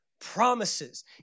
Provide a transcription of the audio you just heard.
promises